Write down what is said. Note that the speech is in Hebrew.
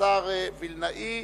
השר וילנאי.